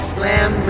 Slam